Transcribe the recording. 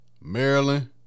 Maryland